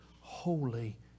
holy